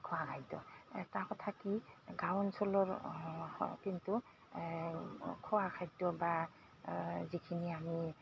খোৱা খাদ্য এটা কথা কি গাঁও অঞ্চলৰ কিন্তু খোৱা খাদ্য বা যিখিনি আমি